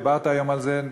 דיברת היום על זה,